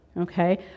okay